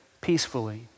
peacefully